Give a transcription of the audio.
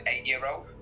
eight-year-old